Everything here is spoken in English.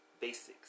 basics